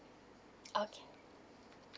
okay